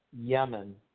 Yemen